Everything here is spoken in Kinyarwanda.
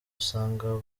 usanga